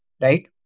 right